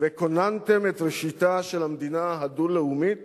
וכוננתם את ראשיתה של המדינה הדו-לאומית